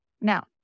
Now